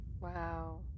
Wow